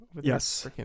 Yes